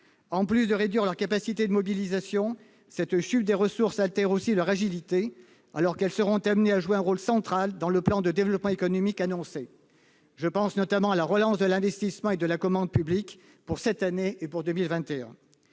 En plus de réduire leurs capacités de mobilisation, cette chute des ressources altère aussi leur agilité, alors que les collectivités seront amenées à jouer un rôle central dans le plan de développement économique annoncé. Je pense notamment à la relance de l'investissement et de la commande publique, pour cette année et pour 2021.